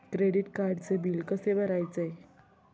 Credit कार्डचे bill कसे भरायचे?